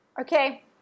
Okay